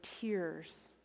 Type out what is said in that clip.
tears